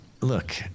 Look